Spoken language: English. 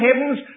heavens